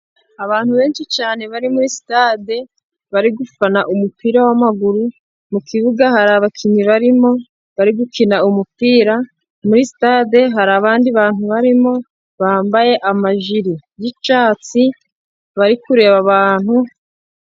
Abantu benshi cyane bari muri sitade bari gufana umupira w'amaguru, mukibuga hari abakinnyi barimo bari gukina umupira muri stade, hari abandi bantu barimo bambaye amajire y'icyatsi bari kureba abantu.